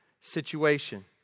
situation